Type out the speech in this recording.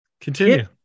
Continue